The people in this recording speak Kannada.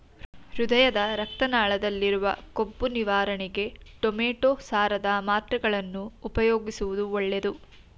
ಹೃದಯದ ರಕ್ತ ನಾಳದಲ್ಲಿರುವ ಕೊಬ್ಬು ನಿವಾರಣೆಗೆ ಟೊಮೆಟೋ ಸಾರದ ಮಾತ್ರೆಗಳನ್ನು ಉಪಯೋಗಿಸುವುದು ಒಳ್ಳೆದು